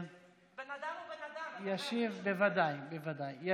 בן אדם הוא בן אדם, אתה יודע, בלי שום